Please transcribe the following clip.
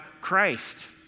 Christ